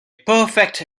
perfect